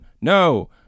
No